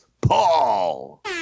Paul